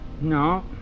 no